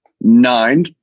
nine